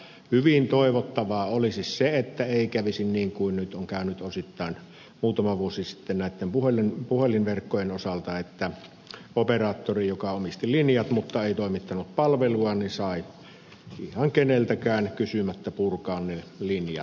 mutta hyvin toivottavaa olisi se että ei kävisi niin kuin nyt on käynyt osittain muutama vuosi sitten näitten puhelinverkkojen osalta että operaattori joka omisti linjat mutta ei toimittanut palvelua sai ihan keneltäkään kysymättä purkaa ne linjat pois